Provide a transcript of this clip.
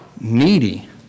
needy